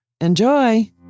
Enjoy